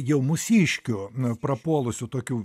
jau mūsiškių n prapuolusių tokių